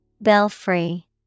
Belfry